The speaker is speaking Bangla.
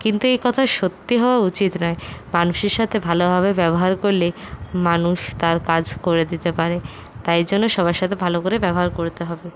কিন্তু একথা সত্যি হওয়া উচিত নয় মানুষের সাথে ভালোভাবে ব্যবহার করলে মানুষ তার কাজ করে দিতে পারে তাই জন্য সবার সাথে ভালো করে ব্যবহার করতে হবে